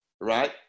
right